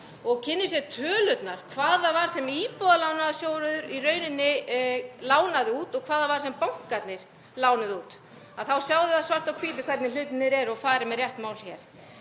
og kynni sér tölurnar, hvað það var sem Íbúðalánasjóður í rauninni lánaði út og hvað það var sem bankarnir lánuðu út þannig að þau sjái svart á hvítu hvernig hlutirnir voru og fari með rétt mál hér.